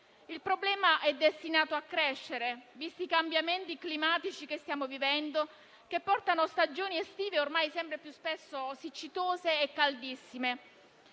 Il problema è destinato a crescere, visti i cambiamenti climatici che stiamo vivendo e che portano stagioni estive ormai sempre più spesso siccitose e caldissime.